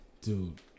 dude